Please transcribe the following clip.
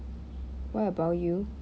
what about you